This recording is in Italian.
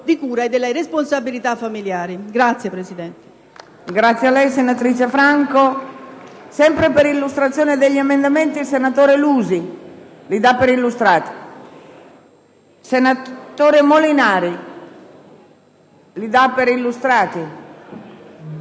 di cura e delle responsabilità familiari.